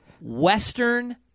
Western